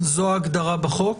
פירעון, זו ההגדרה בחוק?